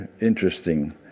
interesting